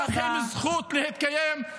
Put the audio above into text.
אין לכם זכות להתקיים.